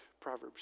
Proverbs